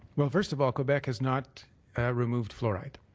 well, first of all, quebec has not removed fluoride.